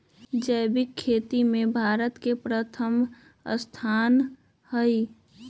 जैविक खेती में भारत के प्रथम स्थान हई